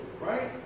Right